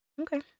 Okay